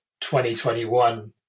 2021